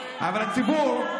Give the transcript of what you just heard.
אבל הציבור,